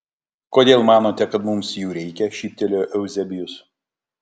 kodėl manote kad mums jų reikia šyptelėjo euzebijus